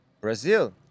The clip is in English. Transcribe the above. Brazil